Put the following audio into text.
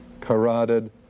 carotid